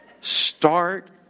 Start